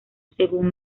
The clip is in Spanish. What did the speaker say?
según